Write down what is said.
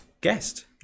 guest